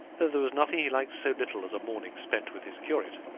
though there was nothing he liked so little as a morning spent with his curate.